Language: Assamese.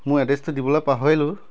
মোৰ এড্ৰেছটো দিবলৈ পাহৰিলোঁ